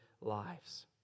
lives